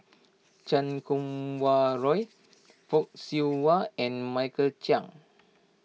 Chan Kum Wah Roy Fock Siew Wah and Michael Chiang